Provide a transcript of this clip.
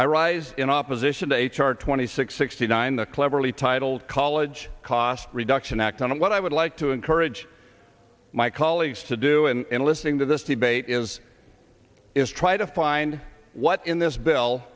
i rise in opposition to h r twenty six sixty nine the cleverly titled college cost reduction act on it what i would like to encourage my colleagues to do and listening to this debate is is try to find what in this bill